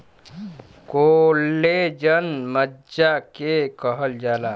collagen मज्जा के कहल जाला